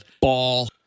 Ball